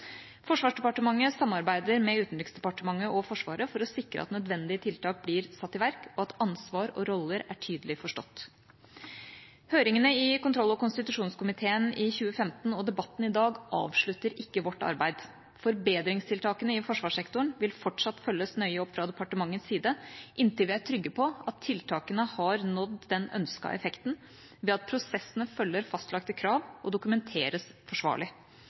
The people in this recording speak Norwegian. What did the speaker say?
Forsvarsdepartementet samarbeider med Utenriksdepartementet og Forsvaret for å sikre at nødvendige tiltak blir satt i verk, og at ansvar og roller er tydelig forstått. Høringene i kontroll- og konstitusjonskomiteen i 2015 og debatten i dag avslutter ikke vårt arbeid. Forbedringstiltakene i forsvarssektoren vil fortsatt følges nøye opp fra departementets side, inntil vi er trygge på at tiltakene har nådd den ønskede effekten, ved at prosessene følger fastlagte krav og dokumenteres forsvarlig.